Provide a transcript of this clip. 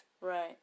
Right